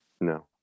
No